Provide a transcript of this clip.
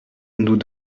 nous